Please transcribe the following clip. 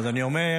אז אני אומר,